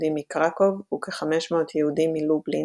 יהודים מקרקוב וכ-500 יהודים מלובלין,